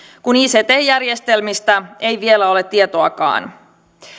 kun ict järjestelmistä ei vielä ole tietoakaan